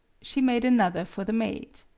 she made another for the maid.